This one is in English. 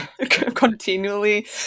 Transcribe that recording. continually